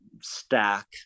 stack